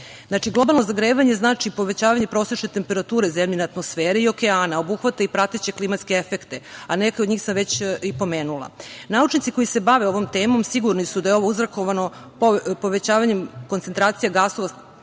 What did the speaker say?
globalno zagrevanje znači povećavanje prosečne temperature Zemljine atmosfere i okeana, a obuhvata i prateće klimatske efekte, a neke od njih sam već i pomenula. Naučnici koji se bave ovom temom sigurni su da je ovo uzrokovano povećavanjem koncentracije gasova